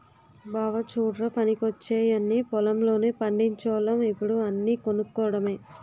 బావా చుడ్రా పనికొచ్చేయన్నీ పొలం లోనే పండిచోల్లం ఇప్పుడు అన్నీ కొనుక్కోడమే